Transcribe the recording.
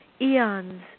eons